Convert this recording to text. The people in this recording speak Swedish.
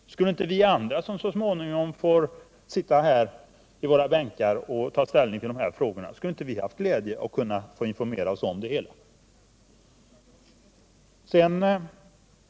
Skulle inte vi andra, som så småningom får sitta här i våra bänkar och ta ställning till de frågorna, ha haft glädje av att få informera oss om situationen där?